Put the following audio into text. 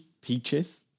peaches